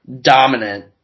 dominant